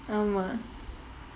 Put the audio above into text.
ஆமா:aamaa